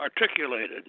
articulated